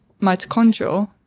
mitochondrial